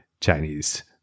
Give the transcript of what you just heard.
Chinese